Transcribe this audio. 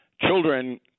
children